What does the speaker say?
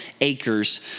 acres